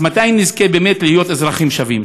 אז מתי נזכה באמת להיות אזרחים שווים?